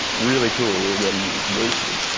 really cool, we were getting wasted.